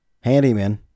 handyman